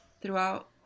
throughout